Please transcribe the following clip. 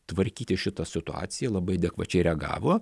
tvarkyti šitą situaciją labai adekvačiai reagavo